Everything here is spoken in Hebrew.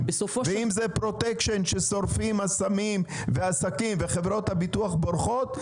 ואם זה פרוטקשן ששורפים אסמים ועסקים וחברות הביטוח בורחות,